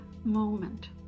moment